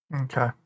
Okay